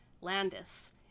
Landis